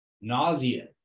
Nausea